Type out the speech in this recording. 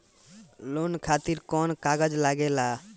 Loan खातिर कौन कागज लागेला?